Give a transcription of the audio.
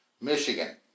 Michigan